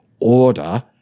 order